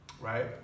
right